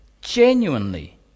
genuinely